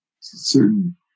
certain